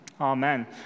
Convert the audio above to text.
Amen